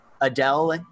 Adele